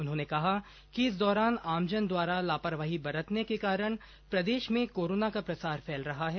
उन्होंने कहा कि इस दौरान आमजन द्वारा लापरवाही बरतने के कारण प्रदेश में कोरोना का प्रसार फैल रहा है